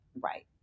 right